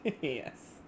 Yes